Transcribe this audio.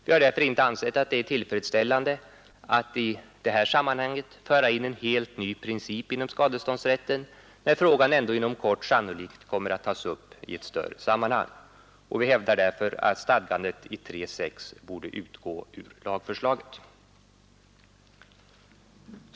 Vi har därför inte ansett det tillfredsställande att i nu förevarande sammanhang föra in en helt ny princip inom skadeståndsrätten, när frågan ändå inom kort sannolikt kommer att tas upp i ett större sammanhang. Vi hävdar därför att stadgandet i 3 kap. 6 § bör utgå ur lagförslaget.